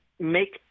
make